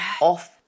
off